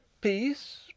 Peace